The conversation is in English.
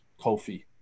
kofi